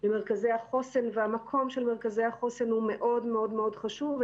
למרכזי החוסן והמקום של מרכזי החוסן הוא מאוד-מאוד חשוב.